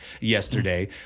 yesterday